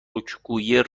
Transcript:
رکگویی